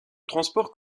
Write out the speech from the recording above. transport